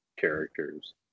characters